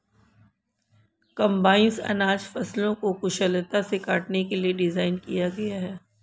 combines अनाज फसलों को कुशलता से काटने के लिए डिज़ाइन किया गया है